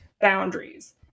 boundaries